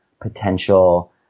potential